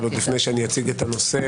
אבל עוד לפני שאני אציג את הנושא,